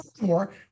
more